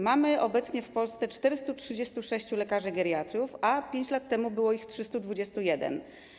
Mamy obecnie w Polsce 436 lekarzy geriatrów, a 5 lat temu było ich 321.